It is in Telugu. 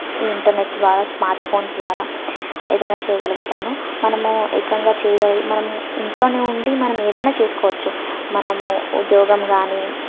ఇంటర్నెట్ ద్వారా స్మార్ట్ఫోన్స్ ద్వారా ఏదైనా చేయగలుగుతాను మనమూ ఏకంగా చేయాగలిగి మనం ఇంట్లోనే ఉండి మనం ఏదైనా చేసుకోవచ్చు మనము ఉద్యోగం కానీ